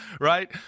right